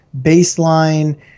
baseline